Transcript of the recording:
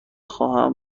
خواهم